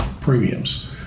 premiums